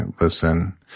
listen